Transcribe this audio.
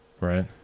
Right